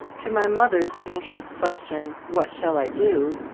to my mother's anxious question, what shall i do?